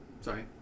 Sorry